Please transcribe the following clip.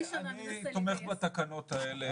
אני תומך בתקנות האלה.